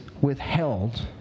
withheld